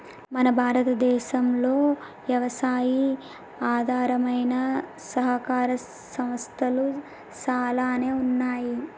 మన భారతదేసంలో యవసాయి ఆధారమైన సహకార సంస్థలు సాలానే ఉన్నాయి